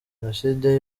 jenoside